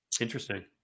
interesting